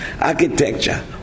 architecture